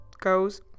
Goes